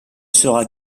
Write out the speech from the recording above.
sera